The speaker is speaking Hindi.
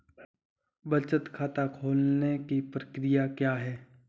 बचत खाता खोलने की प्रक्रिया क्या है?